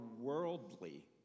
worldly